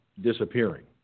disappearing